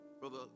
Brother